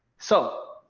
so,